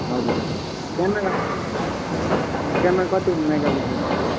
हजुर हजुर camera camera कति मेगापिक्सलको होला है